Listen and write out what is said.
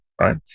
right